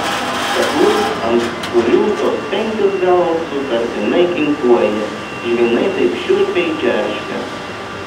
kaklų ant kurių tos penkios galvos sutartinai kinkuoja žvynai taip šiurpiai džerška